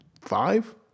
five